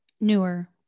Newer